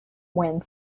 when